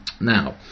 Now